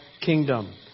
kingdom